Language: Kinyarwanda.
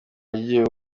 wagiye